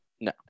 No